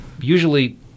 usually